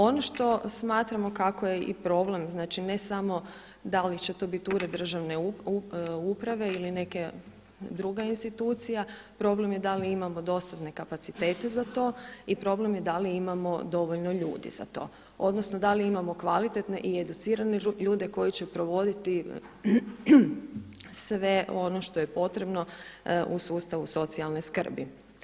Ono što smatramo kako je i problem, znači ne samo da li će to biti Ured državne uprave ili neka druga institucija, problem je da li imamo dostatne kapacitete za to i problem je da li imamo dovoljno ljudi za to, odnosno da li imamo kvalitetne i educirane ljude koji će provoditi sve ono što je potrebno u sustavu socijalne skrbi.